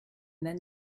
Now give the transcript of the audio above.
then